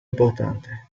importante